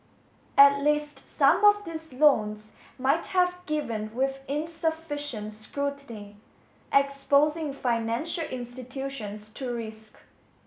at least some of these loans might have given with insufficient scrutiny exposing financial institutions to risk